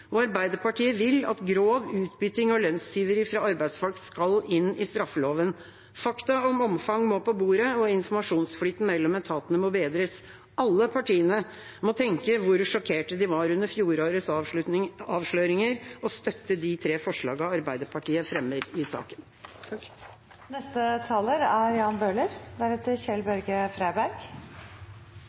Arbeiderpartiet vil at grov utbytting og lønnstyveri fra arbeidsfolk skal inn i straffeloven. Fakta om omfang må på bordet, og informasjonsflyten mellom etatene må bedres. Alle partiene må tenke på hvor sjokkerte de var over fjorårets avsløringer og støtte de tre forslagene Arbeiderpartiet fremmer i saken. : Jeg er